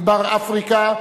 מדבר אפריקה,